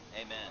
Amen